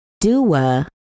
Dua